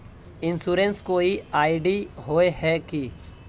Insurance कोई ID होय है की?